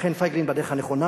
ולכן פייגלין בדרך הנכונה,